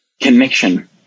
connection